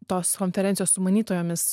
tos konferencijos sumanytojomis